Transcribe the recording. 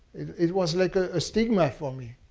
it was like a ah stigma for me.